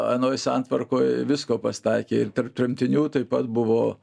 anoj santvarkoj visko pasitaikė ir tarp tremtinių taip pat buvo